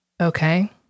Okay